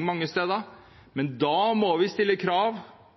mange steder i dårlig forfatning.